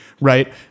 right